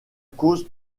cause